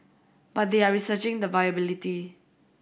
but they are researching the viability